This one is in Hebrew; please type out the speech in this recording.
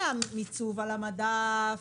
המיצוב על המדף